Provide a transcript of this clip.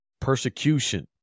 persecution